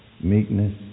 meekness